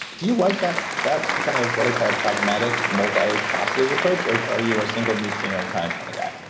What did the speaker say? do you like that that kind of what i call pragmatic, multifaceted approach? or are you a single nutrient at a time kind of guy?